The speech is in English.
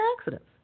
accidents